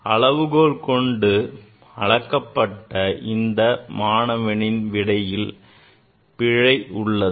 அளவுகோல் கொண்டு அளக்கப்பட்ட இந்த மாணவனின் விடையில் பிழை உள்ளது